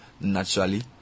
naturally